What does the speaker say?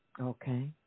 Okay